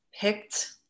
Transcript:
picked